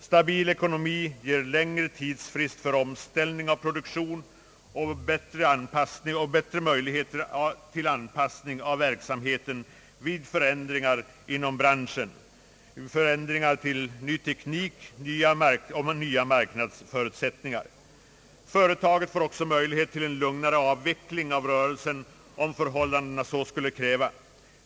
Stabil ekonomi ger längre tidsfrist för omställning av produktion och bättre möjligheter till anpassning av verksamheten vid förändringar inom branschen till ny teknik och nya marknadsförutsättningar. Företaget får också möjlighet till en lugnare avveckling av rörelsen om förhållandena så skulle kräva.